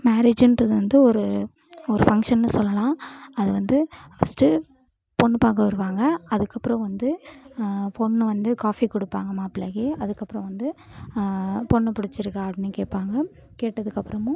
மேரேஜின்றது வந்து ஒரு ஒரு ஃபங்க்ஷன்னு சொல்லலாம் அது வந்து ஃபஸ்ட்டு பெண்ணு பார்க்க வருவாங்க அதுக்கப்புறம் வந்து பெண்ணு வந்து காஃபி கொடுப்பாங்க மாப்பிள்ளைக்கு அதுக்கப்புறம் வந்து பெண்ணு பிடிச்சிருக்கா அப்படின்னு கேட்பாங்க கேட்டதுக்கப்புறமும்